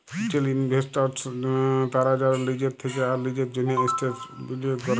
retail investors তারা যারা লিজের থেক্যে আর লিজের জন্হে এসেটস বিলিয়গ ক্যরে